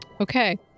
Okay